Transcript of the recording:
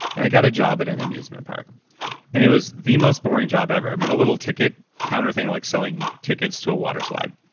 and i got a job at an amusement park and it was the most boring job ever. i'm in a little ticket counter thing like selling tickets to a water slide,